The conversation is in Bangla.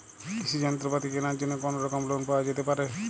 কৃষিযন্ত্রপাতি কেনার জন্য কোনোরকম লোন পাওয়া যেতে পারে?